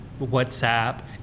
WhatsApp